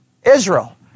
Israel